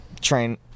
Train